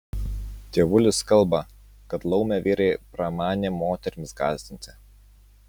tėvulis kalba kad laumę vyrai pramanė moterims gąsdinti